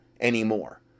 anymore